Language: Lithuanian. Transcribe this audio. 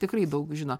tikrai daug žino